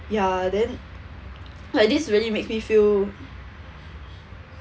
ya then like this really makes me feel